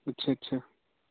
अच्छा अच्छा